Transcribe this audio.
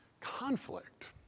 conflict